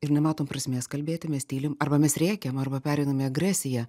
ir nematom prasmės kalbėti mes tylim arba mes rėkiam arba pereinam į agresiją